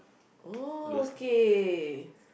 oh okay